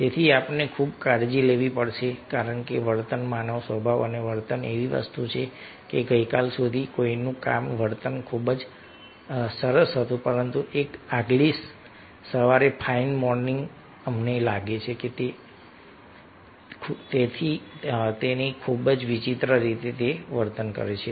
તેથી આપણે ખૂબ કાળજી લેવી પડશે કારણ કે વર્તન માનવ સ્વભાવ અને વર્તન એવી વસ્તુ છે કે ગઈકાલ સુધી કોઈનું વર્તન ખૂબ સરસ હતું પરંતુ એક આગલી સવારે ફાઇન મોર્નિંગ અમને લાગે છે કે તે અથવા તેણી ખૂબ જ વિચિત્ર રીતે વર્તન કરે છે